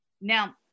Now